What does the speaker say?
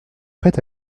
prête